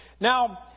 Now